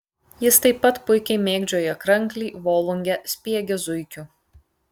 jis taip pat puikiai mėgdžioja kranklį volungę spiegia zuikiu